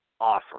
awesome